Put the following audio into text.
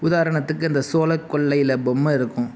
உதாரணத்துக்கு இந்த சோளக்கொல்லையில பொம்மை இருக்கும்